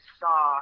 saw